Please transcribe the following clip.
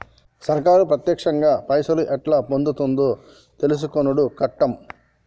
సర్కారు పత్యేకంగా పైసలు ఎట్లా పొందుతుందో తెలుసుకునుడు కట్టం